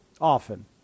often